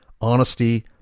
honesty